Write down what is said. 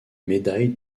médaille